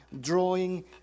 drawing